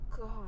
god